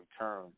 return